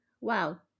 wow